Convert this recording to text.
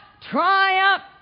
triumph